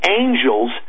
angels